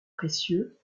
précieux